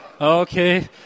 Okay